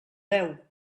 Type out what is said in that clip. veu